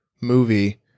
movie